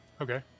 Okay